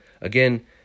again